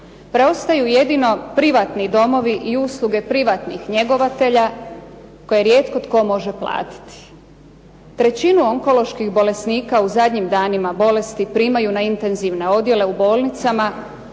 Preostaju jedino privatni domovi i usluge privatnih njegovatelja koje rijetko tko može platiti. Trećinu onkoloških bolesnika u zadnjim danima bolesti primaju na intenzivne odjele u bolnicama